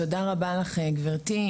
תודה רבה לך גבירתי.